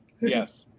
Yes